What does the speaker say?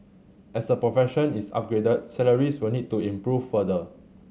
as the profession is upgraded salaries will need to improve further